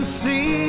see